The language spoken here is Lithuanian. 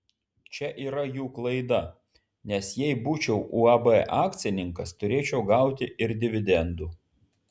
čia yra jų klaida nes jei būčiau uab akcininkas turėčiau gauti ir dividendų